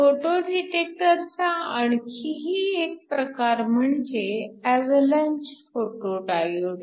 photo detector चा आणखीही एक प्रकार म्हणजे अव्हलॉन्च फोटो डायोड